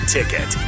Ticket